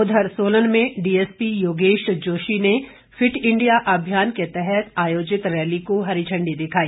उधर सोलन में डीएसपी योगेश जोशी ने फिट इंडिया अभियान के तहत आयोजित रैली को हरी झंडी दिखाई